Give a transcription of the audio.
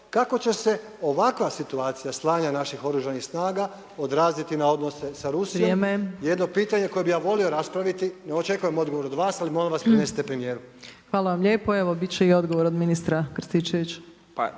Kako će se ovakva situacija slanja naših Oružanih snaga odraziti na odnose sa Rusijom? Jedno pitanje koje bi ja volio raspraviti, ne očekujem odgovor od vas, ali molim vas prenesite premijeru. **Opačić, Milanka (SDP)** Hvala vam lijepo. Evo i odgovor od ministra Krstičevića.